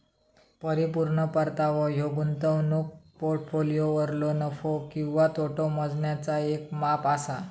परिपूर्ण परतावो ह्यो गुंतवणूक पोर्टफोलिओवरलो नफो किंवा तोटो मोजण्याचा येक माप असा